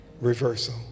reversal